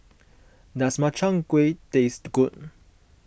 does Makchang Gui taste good